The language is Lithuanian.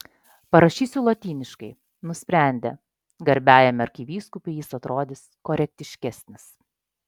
parašysiu lotyniškai nusprendė garbiajam arkivyskupui jis atrodys korektiškesnis